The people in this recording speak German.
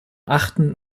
achten